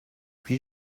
puis